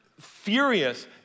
furious